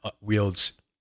wields